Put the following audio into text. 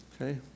Okay